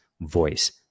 voice